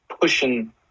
pushing